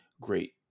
great